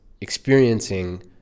experiencing